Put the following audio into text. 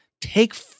take